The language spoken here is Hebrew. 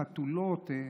חתולות?